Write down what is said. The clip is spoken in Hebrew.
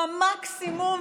במקסימום,